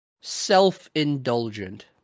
self-indulgent